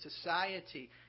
society